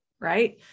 Right